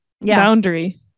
boundary